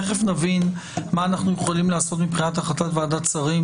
תיכף נבין מה אנחנו יכולים לעשות מבחינת החלטת ועדת שרים,